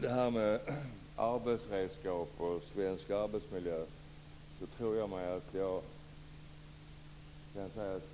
Herr talman! När det gäller arbetsredskap och svensk arbetsmiljö vet